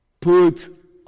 put